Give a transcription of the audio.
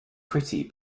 pretty